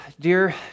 Dear